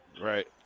Right